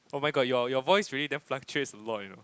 oh my god your your voice really damn fluctuates a lot you know